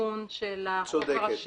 בתיקון של החוק הראשי